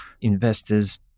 investors